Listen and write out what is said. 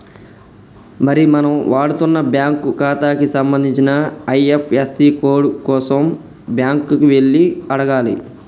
మరి మనం వాడుతున్న బ్యాంకు ఖాతాకి సంబంధించిన ఐ.ఎఫ్.యస్.సి కోడ్ కోసం బ్యాంకు కి వెళ్లి అడగాలి